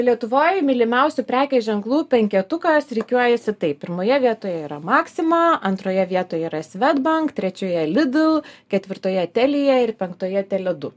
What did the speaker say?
lietuvoj mylimiausių prekės ženklų penketukas rikiuojasi taip pirmoje vietoje yra maxima antroje vietoje yra swedbank trečioje lidl ketvirtoje telia ir penktoje tele du